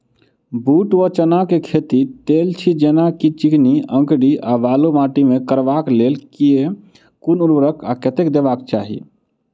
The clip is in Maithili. बूट वा चना केँ खेती, तेल छी जेना की चिकनी, अंकरी आ बालू माटि मे करबाक लेल केँ कुन उर्वरक आ कतेक देबाक चाहि?